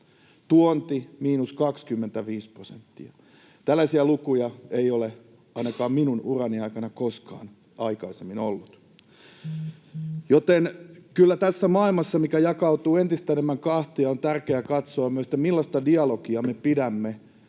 tuonti miinus 25 prosenttia. Tällaisia lukuja ei ole ainakaan minun urani aikana koskaan aikaisemmin ollut, joten kyllä tässä maailmassa, mikä jakautuu entistä enemmän kahtia, on tärkeää katsoa myös, millaista dialogia me pidämme